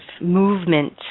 movement